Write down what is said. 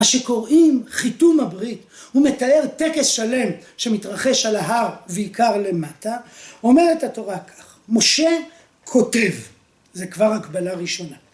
‫מה שקוראים חיתום הברית, ‫הוא מתאר טקס שלם ‫שמתרחש על ההר ועיקר למטה, ‫אומרת התורה כך, ‫משה כותב, זה כבר הקבלה הראשונה.